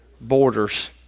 borders